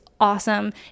awesome